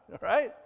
Right